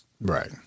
Right